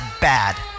bad